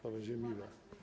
To będzie miłe.